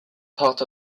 part